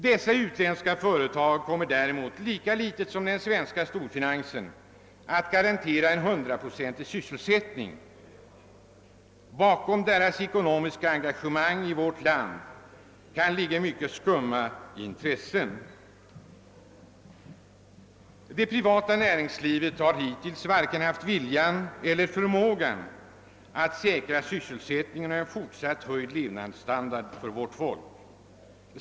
Dessa utländska företag kommer däremot lika litet som den svenska storfinansen att garantera en hundraprocentig sysselsättning. Bakom deras ekonomiska engagemang i vårt land kan ligga mycket skumma intressen. Det privata näringslivet har hittills varken haft viljan eller förmågan att säkra sysselsättningen och en fortsatt höjd levnadsstandard för vårt folk.